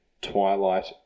Twilight